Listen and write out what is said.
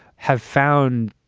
have found,